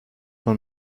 man